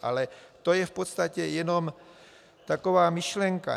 Ale to je v podstatě jenom taková myšlenka.